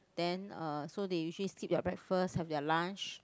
then uh so they usually skip their breakfast have their lunch